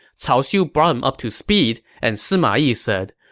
cao xiu brought him up to speed, and sima yi said,